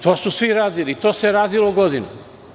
To su svi radili i to se radilo godinama.